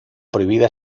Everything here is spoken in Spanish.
prohibida